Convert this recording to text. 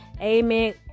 Amen